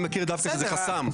אני מכיר שזה דווקא חסם.